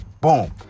boom